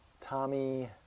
tommy